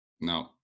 No